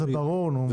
זה ברור.